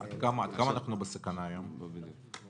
עד כמה אנחנו בסכנה היום להורדת הדירוג?